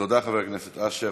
תודה, חבר הכנסת אשר.